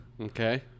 okay